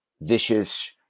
vicious